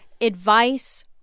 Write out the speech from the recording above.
advice